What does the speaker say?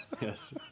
Yes